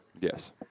Yes